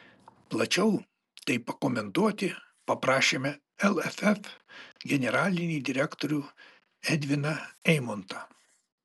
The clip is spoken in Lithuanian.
plačiau tai pakomentuoti paprašėme lff generalinį direktorių edviną eimontą